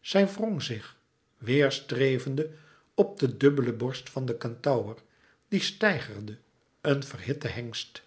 zij wrong zich weêrstrevende op de dubbele borst van den kentaur die steigerde een verhitte hengst